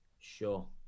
Sure